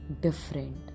different